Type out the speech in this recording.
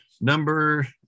number